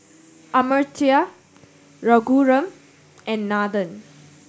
Amartya Raghuram and Nathan